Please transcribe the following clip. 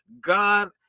god